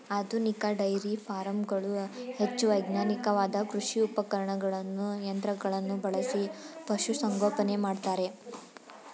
ಆಧುನಿಕ ಡೈರಿ ಫಾರಂಗಳು ಹೆಚ್ಚು ವೈಜ್ಞಾನಿಕವಾದ ಕೃಷಿ ಉಪಕರಣಗಳನ್ನು ಯಂತ್ರಗಳನ್ನು ಬಳಸಿ ಪಶುಸಂಗೋಪನೆ ಮಾಡ್ತರೆ